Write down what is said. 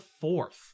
fourth